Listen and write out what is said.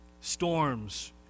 storms